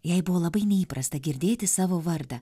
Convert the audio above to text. jai buvo labai neįprasta girdėti savo vardą